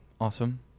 Awesome